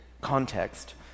context